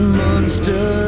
monster